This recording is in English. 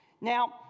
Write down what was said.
Now